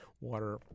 water